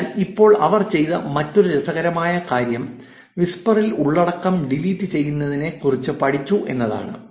അതിനാൽ ഇപ്പോൾ അവർ ചെയ്ത മറ്റൊരു രസകരമായ കാര്യം വിസ്പറിൽ ഉള്ളടക്കം ഡിലീറ്റ് ചെയ്യുന്നതിനെ കുറിച്ച് പഠിച്ചു എന്നതാണ്